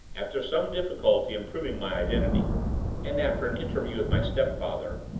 after some difficulty in proving my identity and after an interview with my stepfather,